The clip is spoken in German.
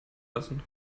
lassen